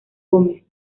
gómez